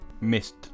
missed